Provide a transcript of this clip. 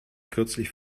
kürzlich